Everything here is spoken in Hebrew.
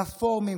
רפורמים,